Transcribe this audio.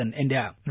India